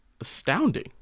astounding